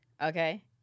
Okay